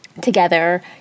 together